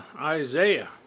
Isaiah